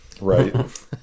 Right